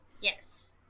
yes